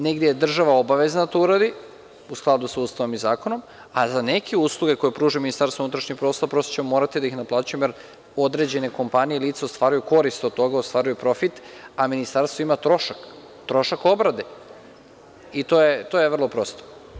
Negde je država obavezna da to uradi, u skladu sa Ustavom i zakonom, a za neke uslove koje pruža Ministarstvo unutrašnjih poslova, prosto ćemo morati da ih naplaćujemo, jer određene kompanije i lica ostvaruju korist od toga, ostvaruju profit, a Ministarstvo ima trošak, trošak obrade i to je vrlo prosto.